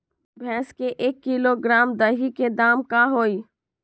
भैस के एक किलोग्राम दही के दाम का होई?